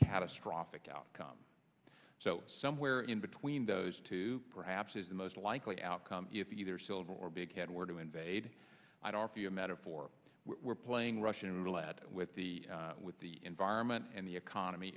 catastrophic outcome so somewhere in between those two perhaps is the most likely outcome if either silver or big were to invade i don't see a metaphor we're playing russian roulette with the with the environment and the economy